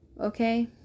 Okay